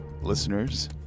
listeners